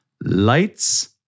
lights